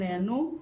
נענו,